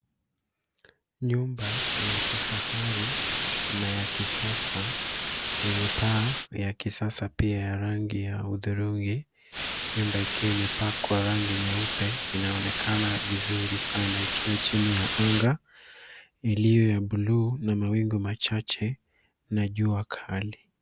Nyumba ya kifahari na ya kisasa yenye paa ya kisasa pia ya rangi ya hudhurungi. Nyumba ikiwa imepakwa rangi nyeupe inaonekana vizuri sana ikiwa chini ya anga iliyo ya buluu na mawingu machache na jua kali.